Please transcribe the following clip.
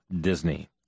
Disney